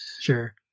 Sure